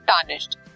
tarnished